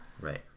right